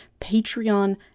Patreon